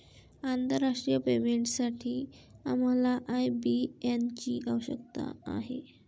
आंतरराष्ट्रीय पेमेंटसाठी आम्हाला आय.बी.एन ची आवश्यकता आहे